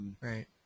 Right